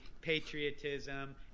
patriotism